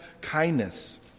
kindness